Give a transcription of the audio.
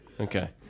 Okay